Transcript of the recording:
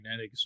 magnetics